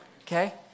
okay